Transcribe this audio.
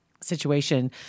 situation